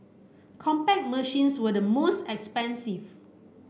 Compaq machines were the most expensive